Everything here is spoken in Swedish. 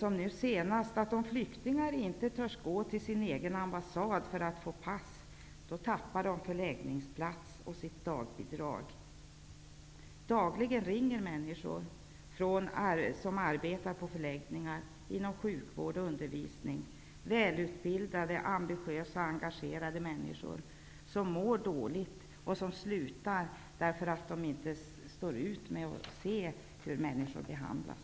Det senaste är att om flyktingar inte törs gå till sitt eget lands ambas sad för att få ett pass utfärdat, förlorar de förlägg ningsplats och dagbidrag. Dagligen ringer människor som arbetar på för läggningar inom sjukvård och undervisning. Det är välutbildade, ambitiösa och engagerade männi skor som mår dåligt och som slutar därför att de inte står ut med att se hur människor behandlas.